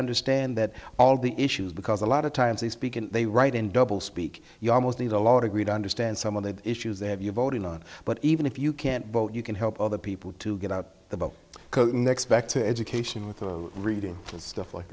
understand that all the issues because a lot of times they speak and they write in double speak you almost need a law degree to understand some of the issues they have your voting on but even if you can't vote you can help other people to get out the vote next back to education with reading and stuff like